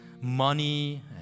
money